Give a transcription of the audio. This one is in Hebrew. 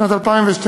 שנת 2012,